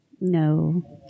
No